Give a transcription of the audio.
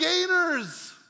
gainers